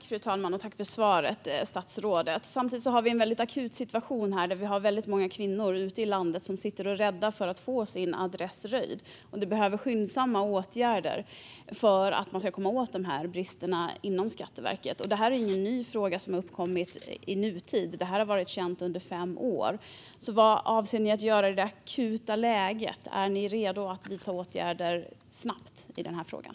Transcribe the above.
Fru talman! Tack för svaret, statsrådet! Samtidigt har vi en akut situation där vi har väldigt många kvinnor ute i landet som sitter och är rädda för att få sin adress röjd. Det behövs skyndsamma åtgärder för att man ska komma åt bristerna inom Skatteverket. Det här är ingen ny fråga som har uppkommit i nutid. Det har varit känt under fem år. Vad avser ni att göra i det akuta läget? Är ni redo att vidta åtgärder snabbt i den här frågan?